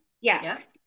Yes